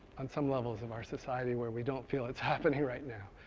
on some levels of our society where we don't feel it's happening right now.